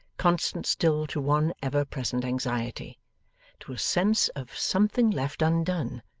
constant still to one ever-present anxiety to a sense of something left undone,